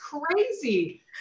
crazy